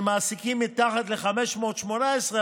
שמעסיקים מתחת ל-518,